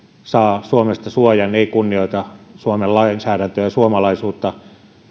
saa suomesta suojan ei kunnioita suomen lainsäädäntöä ja suomalaisuutta